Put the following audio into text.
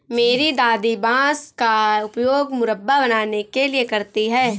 मेरी दादी बांस का उपयोग मुरब्बा बनाने के लिए करती हैं